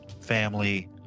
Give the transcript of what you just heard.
family